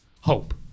hope